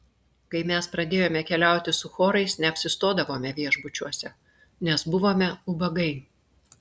kai mes pradėjome keliauti su chorais neapsistodavome viešbučiuose nes buvome ubagai